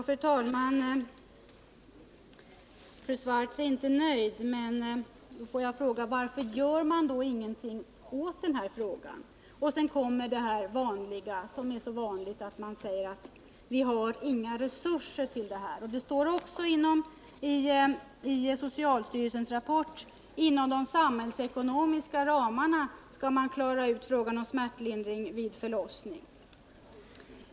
Fru talman! Kersti Swartz är inte nöjd. Men då vill jag fråga: Varför gör man ingenting åt denna sak? Så kommer det vanliga försvaret att vi har inga resurser. I socialstyrelsens rapport står också att man inom de samhällsekonomiska ramarna skall klara ut frågan om smärtlindring vid förlossning.